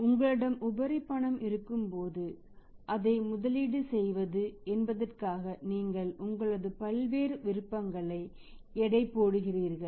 எனவே உங்களிடம் உபரி பணம் இருக்கும்போது அந்த எங்கு முதலீடு செய்வது என்பதற்காக நீங்கள் உங்களது பல்வேறு விருப்பங்களை எடை போடுகிறீர்கள்